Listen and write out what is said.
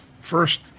First